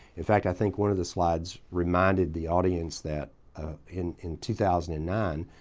in fact, i think one of the slides reminded the audience that in in two thousand and nine,